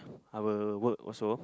I will work also